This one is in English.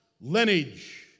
lineage